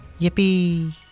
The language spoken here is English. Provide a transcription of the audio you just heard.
yippee